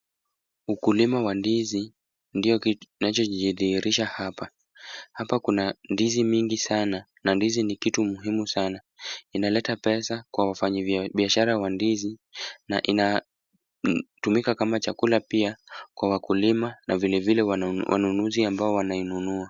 Ukulima wa ndizi ndio kitu kinachojidhihirisha hapa. Haoa kuna ndizi mingi sana na ndizi ni kitu muhimu sana. Inaleta pesa kwa wafanyibiashara wa ndizi na inatumika kama chakula pia kwa wakulima na vilevile wanunuzi ambao wanainunua.